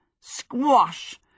Squash